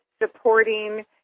supporting